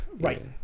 right